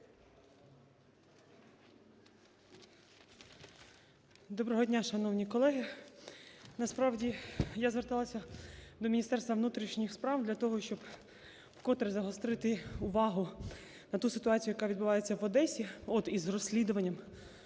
Доброго дня, шановні колеги! Насправді, я зверталася до Міністерства внутрішніх справ для того, щоб вкотре загострити увагу на ту ситуацію, яка відбувається в Одесі із розслідуванням